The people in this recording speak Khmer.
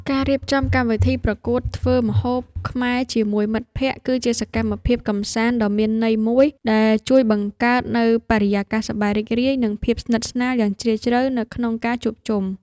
ការរៀបចំកម្មវិធីប្រកួតធ្វើម្ហូបខ្មែរជាមួយមិត្តភក្តិ គឺជាសកម្មភាពកម្សាន្តដ៏មានន័យមួយ ដែលជួយបង្កើតនូវបរិយាកាសសប្បាយរីករាយ និងភាពស្និទ្ធស្នាលយ៉ាងជ្រាលជ្រៅនៅក្នុងការជួបជុំ។